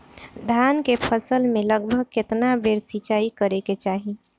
धान के फसल मे लगभग केतना बेर सिचाई करे के चाही?